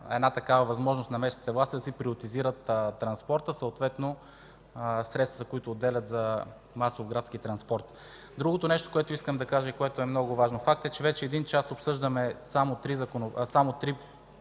една такава възможност на местните власти да си приоритизират транспорта, съответно средствата, които отделят за масов градски транспорт. Другото нещо, което искам да кажа и е много важно. Факт е, че вече един час обсъждаме само три промени.